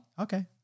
Okay